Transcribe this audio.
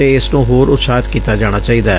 ਅਤੇ ਇਸ ਨੂੰ ਹੋਰ ਉਤਸ਼ਾਹਿਤ ਕੀਤਾ ਜਾਣਾ ਚਾਹੀਦੈ